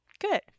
good